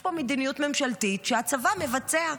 יש פה מדיניות ממשלתית שהצבא מבצע.